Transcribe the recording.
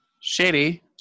shady